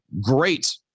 great